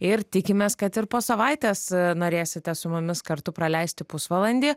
ir tikimės kad ir po savaitės norėsite su mumis kartu praleisti pusvalandį